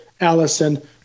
Allison